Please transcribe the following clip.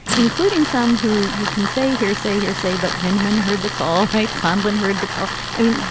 including some who you can say hearsay, hearsay. but venkman heard the call, right? sandlin heard the call. i mean,